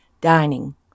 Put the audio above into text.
dining